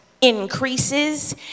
increases